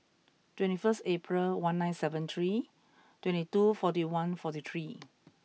twenty first April one nine seven three twenty two forty one forty three